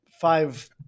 five